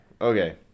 Okay